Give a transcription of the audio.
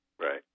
Right